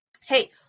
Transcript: Hey